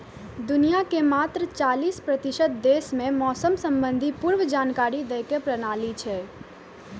दुनिया के मात्र चालीस प्रतिशत देश मे मौसम संबंधी पूर्व जानकारी दै के प्रणाली छै